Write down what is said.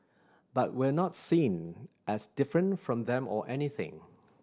but we're not seen as different from them or anything